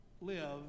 live